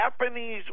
Japanese